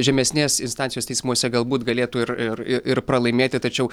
žemesnės instancijos teismuose galbūt galėtų ir ir ir pralaimėti tačiau